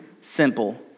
simple